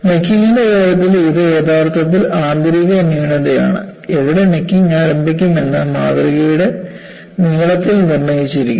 നെക്കിങ്ന്റെ കാര്യത്തിൽ ഇത് യഥാർത്ഥത്തിൽ ആന്തരിക ന്യൂനതയാണ് എവിടെ നെക്കിങ് ആരംഭിക്കും എന്ന് മാതൃകയുടെ നീളത്തിൽ നിർണ്ണയിക്കുന്നു